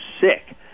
sick